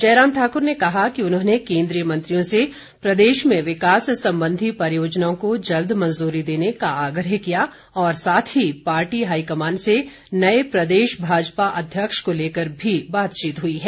जयराम ठाकुर ने कहा कि उन्होंने केन्द्रीय मंत्रियों से प्रदेश में विकास संबंधी परियोजनाओं को जल्द मंजूरी देने का आग्रह किया और साथ ही पार्टी हाईकमान से नए प्रदेश भाजपा अध्यक्ष को लेकर भी बातचीत हुई है